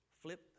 Flip